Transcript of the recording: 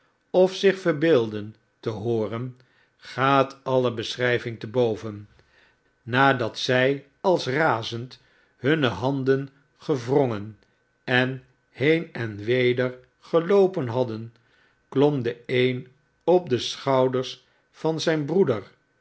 of zich verbeeldden te hooren gaat alle beschijving te boven nadat zij als razend hunne handen gewrongen en heen en weder geloopen had en klom de een op de schouders van zijn broeder